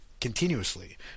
continuously